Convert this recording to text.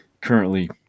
currently